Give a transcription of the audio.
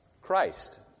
Christ